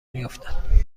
میافتد